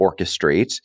orchestrate